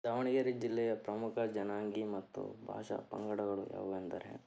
ದಾವಣಗೆರೆ ಜಿಲ್ಲೆಯ ಪ್ರಮುಖ ಜನಾಂಗೀಯ ಮತ್ತು ಭಾಷಾ ಪಂಗಡಗಳು ಯಾವುವೆಂದರೆ